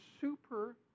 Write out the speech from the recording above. super